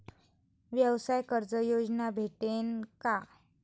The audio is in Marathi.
व्यवसाय कर्ज योजना भेटेन का?